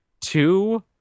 Two